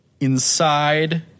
Inside